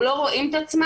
הם לא רואים את עצמם,